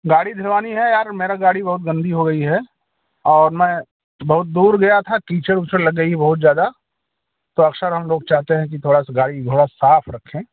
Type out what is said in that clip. गाड़ी धुलवानी है यार मेरी गाड़ी बहुत गन्दी हो गई है और मैं बहुत दूर गया था कीचड़ उचड़ लग गई है बहुत ज़्यादा तो अवसर हम लोग चाहते हैं कि थोड़ा सा गाड़ी घोड़ा साफ़ रखें